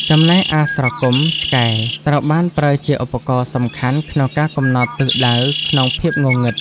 ចំណែកអាស្រគំ (ឆ្កែ) ត្រូវបានប្រើជាឧបករណ៍សំខាន់ក្នុងការកំណត់ទិសដៅក្នុងភាពងងឹត។